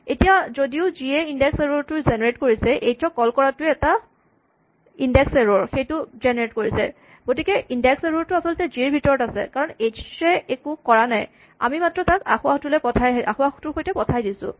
এতিয়া যদিও জি য়ে ইনডেক্স এৰ'ৰ টো জেনেৰেট কৰিছে এইচ ক কল কৰাটোৱে এটা ইনডেক্স এৰ'ৰ টো জেনেৰেট কৰিছে গতিকে ইনডেক্স এৰ'ৰ টো আচলতে জি ৰ ভিতৰত আছে কাৰণ এইচ এ একো কৰা নাই আমি মাত্ৰ তাক আসোঁৱাহটোৰ সৈতে পঠায় দিছোঁ